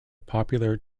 popular